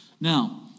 Now